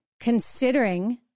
considering